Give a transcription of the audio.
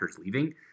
leaving